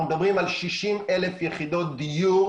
אנחנו מדברים על 60,000 יחידות דיור